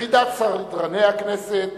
ליחידת סדרני הכנסת